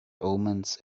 omens